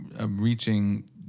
reaching